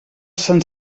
sant